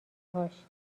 هاش